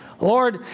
Lord